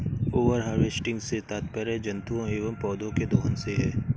over harvesting से तात्पर्य जंतुओं एंव पौधौं के दोहन से है